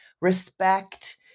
respect